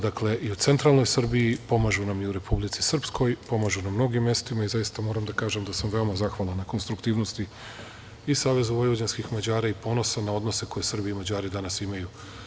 Dakle i u centralnoj Srbiji, pomažu nam i u Republici Srpskoj, pomažu na mnogim mestima i zaista moram da kažem da sam veoma zahvalan na konstruktivnosti i SVM i ponosan na odnose koji Srbi i Mađari danas imaju.